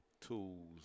tools